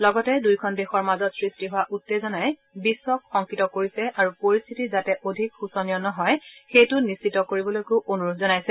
লগতে দুয়োখন দেশৰ মাজত সৃষ্টি হোৱা উত্তেজনাই বিশ্বক শংকিত কৰিছে আৰু পৰিস্থিতি যাতে অধিক শোচনীয় নহয় সেইটো নিশ্চিত কৰিবলৈকো অনুৰোধ জনাইছে